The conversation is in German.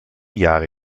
jahre